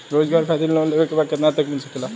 रोजगार खातिर लोन लेवेके बा कितना तक मिल सकेला?